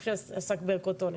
חוק שעסק בערכות אונס.